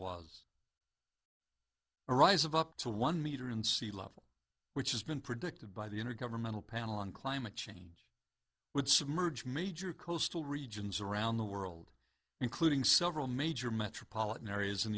was a rise of up to one meter in sea level which has been predicted by the intergovernmental panel on climate change would submerge major coastal regions around the world including several major metropolitan areas in